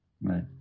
Right